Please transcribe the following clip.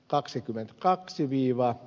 kaksikymmentä kaksi viiva